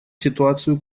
ситуацию